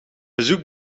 bezoek